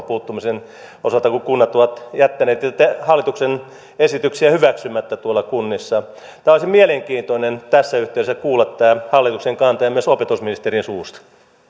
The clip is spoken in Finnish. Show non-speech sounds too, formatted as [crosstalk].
[unintelligible] puuttumisen osalta kun kunnat ovat jättäneet hallituksen esityksiä hyväksymättä tuolla kunnissa olisi mielenkiintoista tässä yhteydessä kuulla tämä hallituksen kanta ja myös opetusministerin suusta